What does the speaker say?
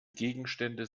gegenstände